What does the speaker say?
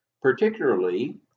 Particularly